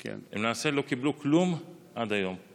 למעשה, הם לא קיבלו כלום עד היום.